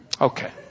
Okay